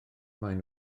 maen